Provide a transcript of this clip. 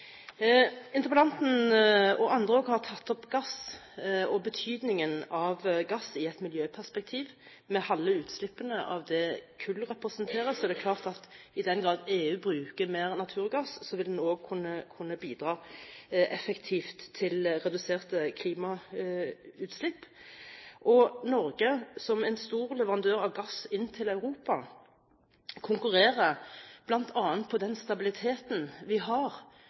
Interpellanten, og også andre, har tatt opp gass og betydningen av gass i et miljøperspektiv. Med halve utslippene av det kull representerer er det klart at i den grad EU bruker mer naturgass, vil en også kunne bidra effektivt til reduserte klimautslipp. Norge, som en stor leverandør av gass inn til Europa, konkurrerer bl.a. på den stabiliteten vi har,